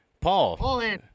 Paul